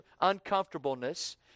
uncomfortableness